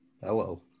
Hello